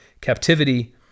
captivity